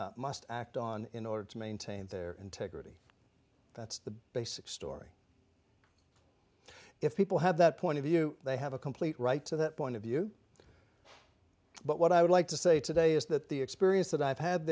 must act on in order to maintain their integrity that's the basic story if people have that point of view they have a complete right to that point of view but what i would like to say today is that the experience that i have had